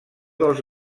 dels